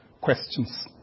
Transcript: questions